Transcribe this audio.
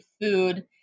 food